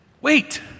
Wait